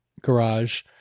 garage